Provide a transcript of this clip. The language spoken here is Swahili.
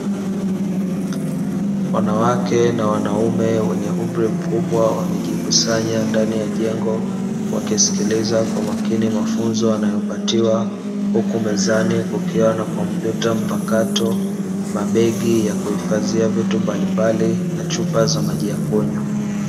Wanawake na wanaume wenye umri mkubwa wamejikusanya ndani ya jengo, wakisikiliza kwa makini mafunzo wanayopatiwa, huku mezani kukiwa na kompyuta mpakato, mabegi ya kuhifadhia vitu mbalimbali na chupa za maji ya kunywa.